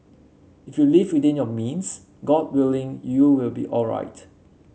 if you live within your means god willing you will be alright